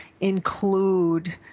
include